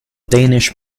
danish